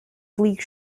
bleak